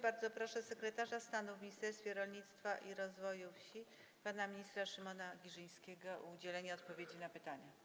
Bardzo proszę sekretarza stanu w Ministerstwie Rolnictwa i Rozwoju Wsi pana ministra Szymona Giżyńskiego o udzielenie odpowiedzi na pytania.